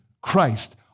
Christ